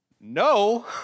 No